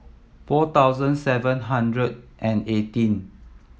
four thousand seven hundred and eighteen